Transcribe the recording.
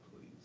please